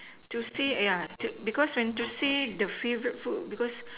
to say yeah to because when to say the favourite food because